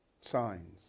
signs